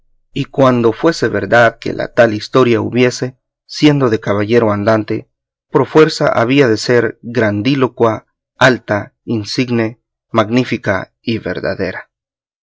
y cuando fuese verdad que la tal historia hubiese siendo de caballero andante por fuerza había de ser grandílocua alta insigne magnífica y verdadera